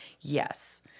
Yes